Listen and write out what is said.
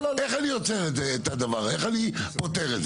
איך אני עוצר את הדבר הזה, איך אני פותר את זה?